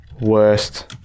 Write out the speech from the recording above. worst-